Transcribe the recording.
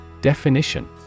Definition